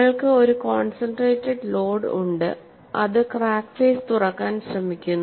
നിങ്ങൾക്ക് ഒരു concentrated load ഉണ്ട് അത് ക്രാക്ക് ഫേസ് തുറക്കാൻ ശ്രമിക്കുന്നു